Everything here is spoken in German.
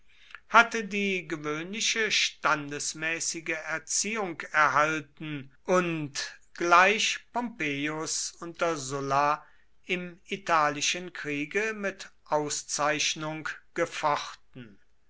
hatte die gewöhnliche standesmäßige erziehung erhalten und gleich pompeius unter sulla im italischen kriege mit auszeichnung gefochten